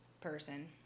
person